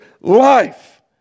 life